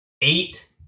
eight